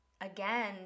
again